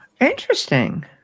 interesting